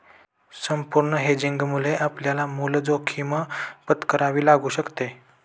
अपूर्ण हेजिंगमुळे आपल्याला मूळ जोखीम पत्करावी लागू शकते